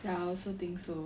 ya I also think so